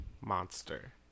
Monster